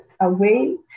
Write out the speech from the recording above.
away